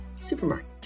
supermarket